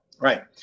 right